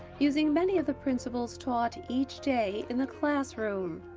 using many of the principles taught each day in the classroom.